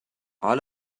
all